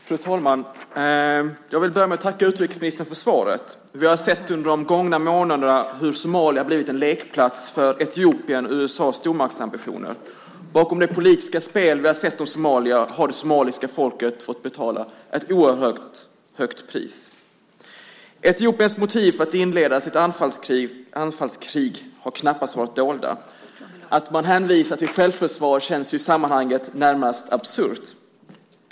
Fru talman! Jag vill börja med att tacka utrikesministern för svaret. Vi har sett under de gångna månaderna hur Somalia har blivit en lekplats för Etiopiens och USA:s stormaktsambitioner. Bakom det politiska spel som vi har sett om Somalia har det somaliska folket fått betala ett oerhört högt pris. Etiopiens motiv för att inleda sitt anfallskrig har knappast varit dolda. Att man hänvisar till självförsvar känns i sammanhanget närmast absurt.